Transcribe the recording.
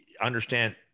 understand